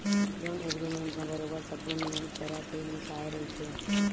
loan agreement म बरोबर सब्बो नियम सरत ह लिखाए रहिथे